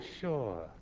sure